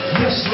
yes